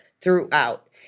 throughout